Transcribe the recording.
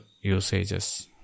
usages